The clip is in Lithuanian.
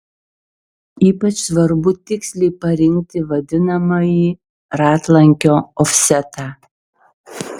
ypač svarbu tiksliai parinkti vadinamąjį ratlankio ofsetą